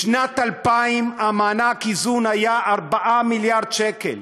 בשנת 2000 מענק האיזון היה 4 מיליארד שקל.